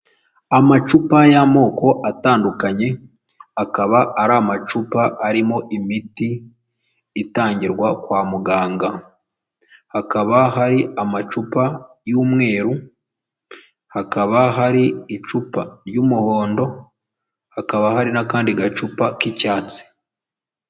Amacupa y'amoko atandukanye, akaba ari amacupa arimo imiti itangirwa kwa muganga, hakaba hari amacupa y'umweru, hakaba hari icupa ry'umuhondo, hakaba hari n'akandi gacupa k'icyatsi.